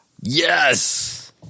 Yes